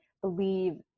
believe